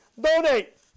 Donate